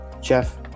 jeff